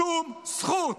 שום זכות.